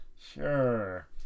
Sure